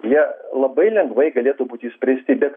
jie labai lengvai galėtų būti išspręsti bet